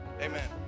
Amen